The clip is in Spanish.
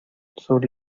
sobre